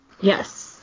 Yes